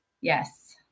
yes